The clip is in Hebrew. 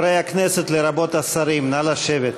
חברי הכנסת, לרבות השרים, נא לשבת.